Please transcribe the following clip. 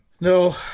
No